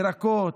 ירקות,